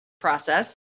process